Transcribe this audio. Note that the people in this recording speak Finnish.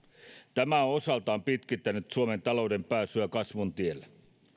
tämä on osaltaan pitkittänyt suomen talouden pääsyä kasvun tielle